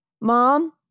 mom